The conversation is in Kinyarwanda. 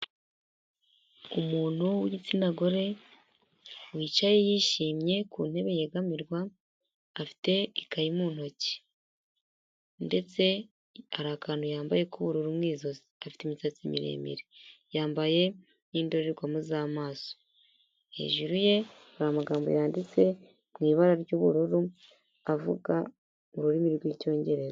Umuntu w'igitsina gore wicaye yishimye ku ntebe yegamirwa afite ikayi mu ntoki ndetse hari akantu yambaye k'ubururu mu ijosi, afite imisatsi miremire, yambaye n'indorerwamo z'amaso, hejuru ye hari amagambo yanditse mu ibara ry'ubururu avuga ururimi rw'Icyongereza.